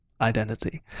identity